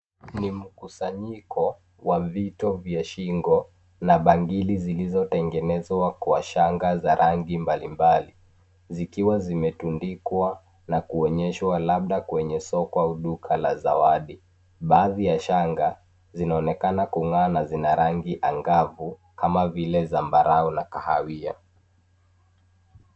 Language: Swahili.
Ni mkusanyiko, wa vito vya shingo, na bangili zilizotengenezwa kwa shanga za rangi mbalimbali, zikiwa zimetundikwa na kuonyeshwa labda kwenye soko, au duka la zawadi. Baadhi ya shanga, zinaonekana kung'aa na zina rangi angavu, kama vile zambarau na kahawia.